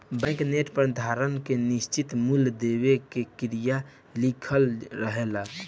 bank note पर धारक के निश्चित मूल देवे के क्रिया लिखल रहेला